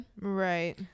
Right